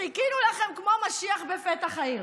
חיכינו לכם כמו משיח בפתח העיר.